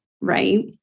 Right